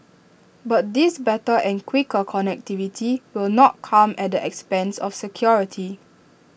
but this better and quicker connectivity will not come at the expense of security